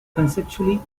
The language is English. conceptually